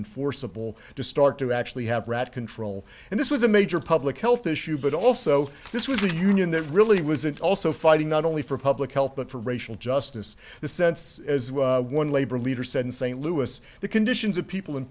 in forcible to start to actually have rat control and this was a major public health issue but also this was a union that really was it also fighting not only for public health but for racial justice the sense as one labor leader said in st louis the conditions of people in